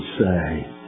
say